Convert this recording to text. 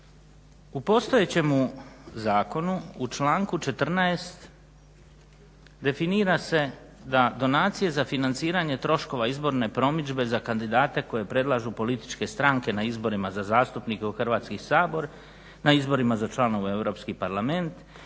U postojećemu zakonu u članku 14.definira sa da "donacije za financiranje troškova izborne promidžbe za kandidate koje predlažu političke stranke na izborima za zastupnike u Hrvatski sabor na izborima za članove u EU parlament